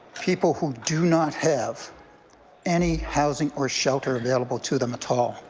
people who do not have any housing or shelter available to them at all.